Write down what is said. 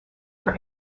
for